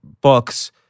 books